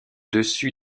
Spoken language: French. dessus